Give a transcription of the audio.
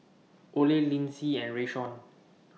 Ole Linzy and Rayshawn